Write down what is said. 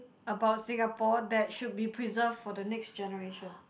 about Singapore that should be preserved for the next generation